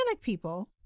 people